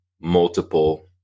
multiple